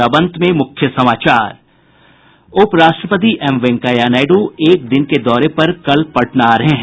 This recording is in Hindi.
और अब अंत में मुख्य समाचार उप राष्ट्रपति एम वेंकैया नायडू एक दिन के दौरे पर कल पटना आ रहे हैं